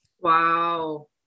Wow